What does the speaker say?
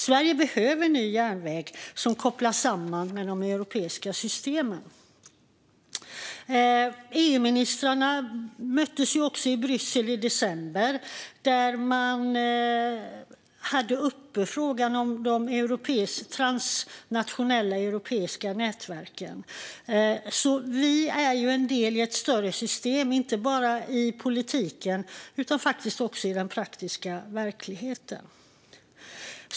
Sverige behöver ny järnväg som kopplas samman med de europeiska systemen. EU-ministrarna möttes i Bryssel i december och tog upp frågan om de europeiska transnationella nätverken. Vi är del av ett större system, inte bara i politiken utan faktiskt också i den praktiska verkligheten.